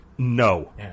No